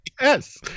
Yes